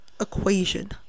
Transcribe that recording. Equation